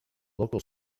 local